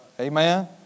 Amen